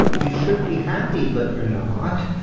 you should be happy, but you're not.